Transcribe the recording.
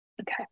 okay